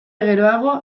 geroago